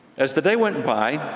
as the day went by,